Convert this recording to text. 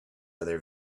other